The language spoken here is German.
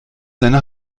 seine